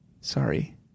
Sorry